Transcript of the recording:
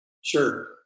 Sure